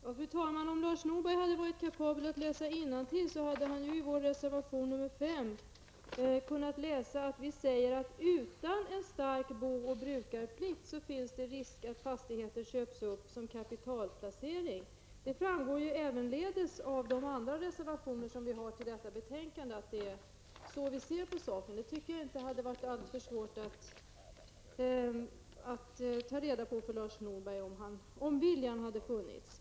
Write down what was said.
Fru talman! Om Lars Norberg hade varit kapabel att läsa innantill hade han i vår reservation nr 5 kunnat läsa att vi säger att det utan en stark bo och brukarplikt finns risk för att fastigheter köps upp som kapitalplacering. Det framgår ävenledes av de andra reservationer som vi har avgett till detta betänkande, att det är så vi ser på saken. Det tycker jag inte hade varit alltför svårt att ta reda på för Lars Norberg, om viljan hade funnits.